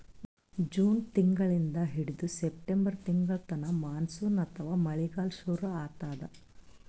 June ತಿಂಗಳಿಂದ್ ಹಿಡದು September ತಿಂಗಳ್ತನಾ ಮಾನ್ಸೂನ್ ಅಥವಾ ಮಳಿಗಾಲ್ ಶುರು ಆತದ್